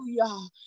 hallelujah